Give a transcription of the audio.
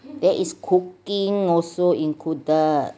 there is cooking also included